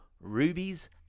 rubies